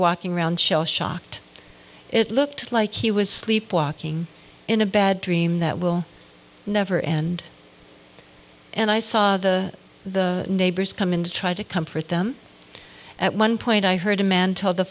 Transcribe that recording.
walking around shellshocked it looked like he was sleepwalking in a bad dream that will never end and i saw the the neighbors come in to try to comfort them at one point i heard a man t